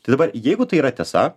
tai dabar jeigu tai yra tiesa